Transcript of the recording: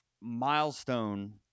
milestone